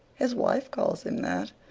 his wife calls him that.